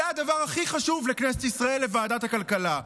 זה הדבר הכי חשוב לכנסת ישראל, לוועדת הכלכלה?